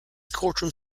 courtroom